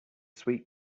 sweet